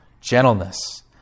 gentleness